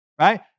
right